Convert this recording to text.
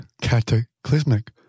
Cataclysmic